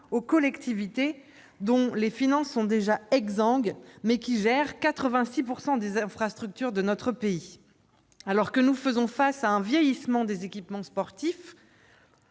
aux collectivités, dont les finances sont déjà exsangues et qui gèrent pourtant 86 % des infrastructures sportives de notre pays. Tandis que nous faisons face à un vieillissement des équipements sportifs,